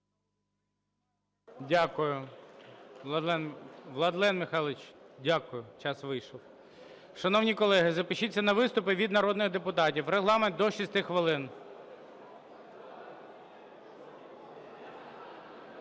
Дякую. Владлен Михайлович, дякую. Час вийшов. Шановні колеги, запишіться на виступи від народних депутатів. Регламент – до 6 хвилин.